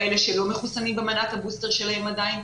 כאלה שעדיין לא מחוסנים במנת הבוסטר שלהם,